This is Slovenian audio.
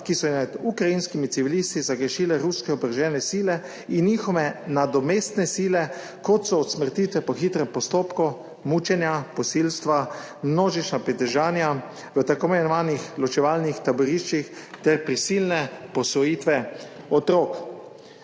ki so nad ukrajinskimi civilisti zagrešile ruske oborožene sile in njihove nadomestne sile kot so usmrtitve po hitrem postopku, mučenja, posilstva, množična pridržanja v tako imenovanih ločevalnih taboriščih ter prisilne posvojitve otrok.